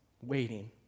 waiting